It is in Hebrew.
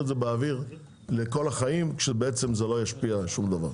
את זה באוויר לכל החיים כשבעצם זה לא ישפיע שום דבר.